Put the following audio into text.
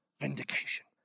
vindication